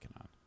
on